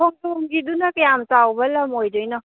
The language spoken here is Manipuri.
ꯈꯣꯡꯖꯣꯝꯒꯤꯗꯨꯅ ꯀꯌꯥꯝ ꯆꯥꯎꯕ ꯂꯝ ꯑꯣꯏꯗꯣꯏꯅꯣ